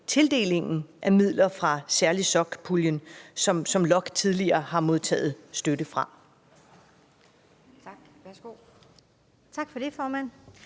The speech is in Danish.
tildelingen af midler fra SærligSoc-puljen, som LOKK tidligere har modtaget støtte fra.